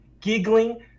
giggling